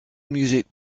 music